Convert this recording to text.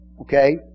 Okay